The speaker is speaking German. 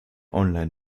online